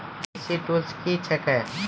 कृषि टुल्स क्या हैं?